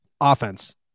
offense